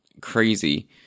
crazy